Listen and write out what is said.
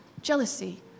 jealousy